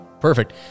perfect